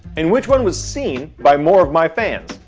and which one was seen by more of my fans?